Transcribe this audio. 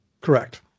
Correct